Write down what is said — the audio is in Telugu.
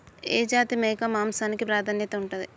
ఏ జాతి మేక మాంసానికి ప్రాధాన్యత ఉంటది?